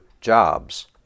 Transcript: jobs